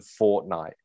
Fortnite